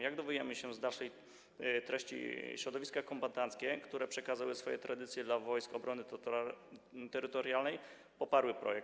Jak dowiadujemy się z dalszej treści, środowiska kombatanckie, które przekazały swoje tradycje dla Wojsk Obrony Terytorialnej, poparły projekt.